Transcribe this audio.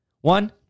One